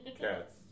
cats